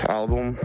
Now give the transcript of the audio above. album